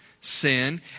sin